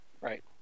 Right